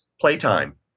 playtime